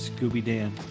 Scooby-Dan